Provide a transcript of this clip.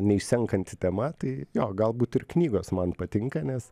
neišsenkanti tema tai jo galbūt ir knygos man patinka nes